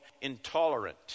intolerant